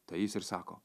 tai jis ir sako